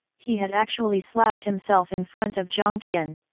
he had actually slapped himself in front of jiang tian,